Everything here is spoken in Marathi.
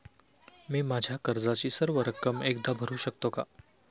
मी माझ्या कर्जाची सर्व रक्कम एकदा भरू शकतो का?